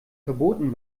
verboten